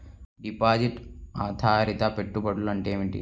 Deposit ఆధారిత పెట్టుబడులు అంటే ఏమిటి?